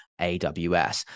AWS